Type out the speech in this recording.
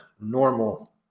normal